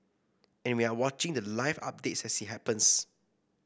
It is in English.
and we're watching the live updates as it happens